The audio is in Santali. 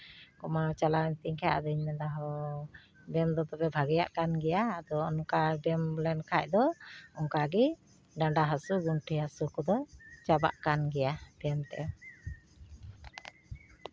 ᱠᱚᱢᱟᱣ ᱪᱟᱞᱟᱣᱮᱱ ᱛᱤᱧ ᱠᱷᱟᱱ ᱟᱫᱚᱧ ᱢᱮᱱᱫᱟ ᱦᱳᱭ ᱵᱮᱭᱟᱢ ᱫᱚ ᱛᱚᱵᱮ ᱵᱷᱟᱹᱜᱤᱭᱟᱜ ᱠᱟᱱ ᱜᱮᱭᱟ ᱟᱫᱚ ᱚᱱᱠᱟ ᱵᱮᱭᱟᱢ ᱞᱮᱱᱠᱷᱟᱱ ᱫᱚ ᱚᱝᱠᱟᱜᱮ ᱰᱟᱸᱰᱟ ᱦᱟᱹᱥᱩ ᱜᱚᱱᱴᱷᱮ ᱦᱟᱹᱥᱩ ᱠᱚᱫᱚ ᱪᱟᱵᱟᱜ ᱠᱟᱱ ᱜᱮᱭᱟ ᱵᱮᱭᱟᱢ ᱛᱮ